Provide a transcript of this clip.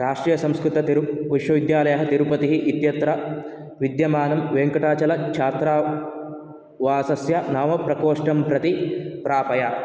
राष्ट्रियसंस्कृततिरुप विश्वविद्यालयः तिरुपतिः इत्यत्र विद्यमानं वेङ्कटाचलछात्रावासस्य नव प्रकोष्ठं प्रति प्रापय